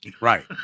Right